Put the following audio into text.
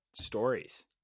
stories